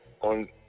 on